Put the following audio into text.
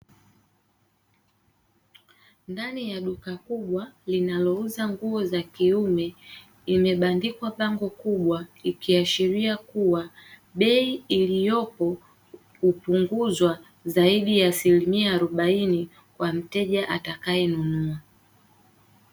Ndani ya duka kubwa linalouza nguo za kiume imebandikwa bango kubwa ikiashiria kuwa bei iliyopo hupunguzwa zaidi ya asilimia arobaini kwa mteja atakayenunua.